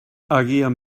agian